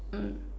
mm